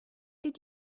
did